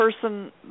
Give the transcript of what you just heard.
person